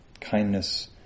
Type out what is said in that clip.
kindness